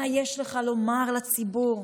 מה יש לך לומר לציבור?